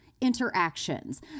interactions